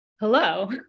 Hello